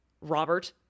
Robert